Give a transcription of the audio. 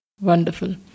wonderful